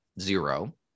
zero